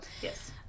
Yes